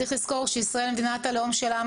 צריך לזכור שישראל היא מדינת הלאום של העם